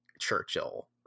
churchill